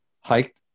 Hiked